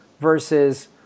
versus